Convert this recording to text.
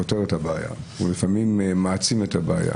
לפני שבוע היה ארבע שנים כענישת מינימום.